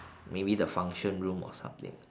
maybe the function room or something